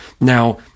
Now